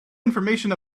information